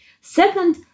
Second